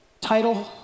title